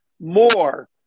more